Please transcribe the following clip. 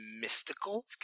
mystical